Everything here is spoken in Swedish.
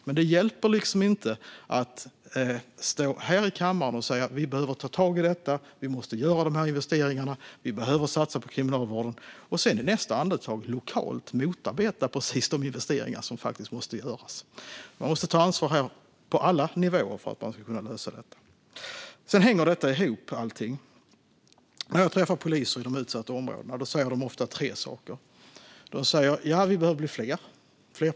Men det hjälper inte att stå här i kammaren och säga att vi behöver ta tag i detta, att vi måste göra de här investeringarna och att vi behöver satsa på kriminalvården och sedan i nästa andetag lokalt motarbeta precis de investeringar som faktiskt måste göras. Man måste ta ansvar på alla nivåer för att kunna lösa detta. Sedan hänger allt detta ihop. När jag träffar poliser från de utsatta områdena säger de ofta tre saker. De säger: Vi behöver bli fler.